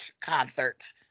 concerts